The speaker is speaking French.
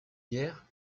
guerres